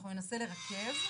אנחנו ננסה לרכז.